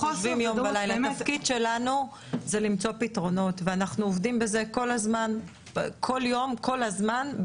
התפקיד שלנו זה למצוא פתרונות ואנחנו עובדים בזה כל יום כל הזמן,